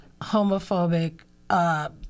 homophobic